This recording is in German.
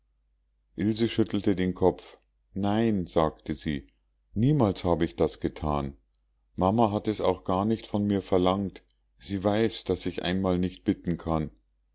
ilse schüttelte den kopf nein sagte sie niemals habe ich das gethan mama hat es auch gar nicht von mir verlangt sie weiß daß ich einmal nicht bitten kann